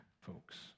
folks